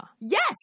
Yes